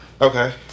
Okay